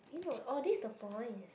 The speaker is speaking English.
eh no orh this is the points